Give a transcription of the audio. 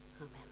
Amen